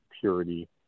purity